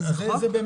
זה חקיקה?